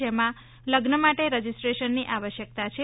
જેમાં લગ્ન માટે રજિસ્ટ્રેશનની આવશ્યકતા છે